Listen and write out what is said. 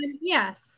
Yes